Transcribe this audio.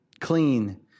clean